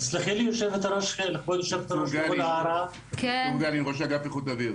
צור גלין, ראש אגף איכות אוויר.